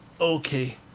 Okay